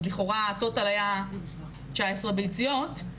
אז לכאורה הטוטאל היה 19 ביציות,